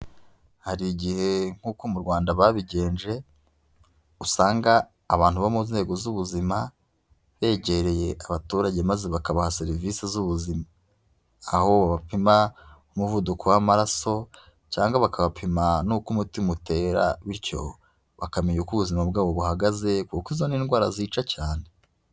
Hari igihe nk'uko mu Rwanda babigenje, usanga abantu bo mu nzego z'ubuzima begereye abaturage maze bakabaha serivisi z'ubuzima. Aho babapima umuvuduko w'amaraso cyangwa bakabapima n'uko umutima utera bityo bakamenya uko ubuzima bwabo buhagaze kuko izo ni indwara zica cyane.